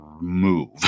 move